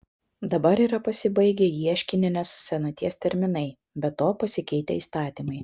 dabar yra pasibaigę ieškininės senaties terminai be to pasikeitę įstatymai